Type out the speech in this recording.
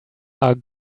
are